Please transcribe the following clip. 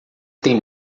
tem